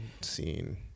scene